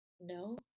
no